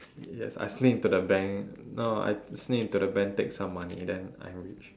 yes I sneak into the bank no I sneak into the bank take some money then I'm rich